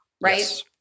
right